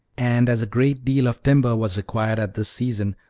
and as a great deal of timber was required at this season,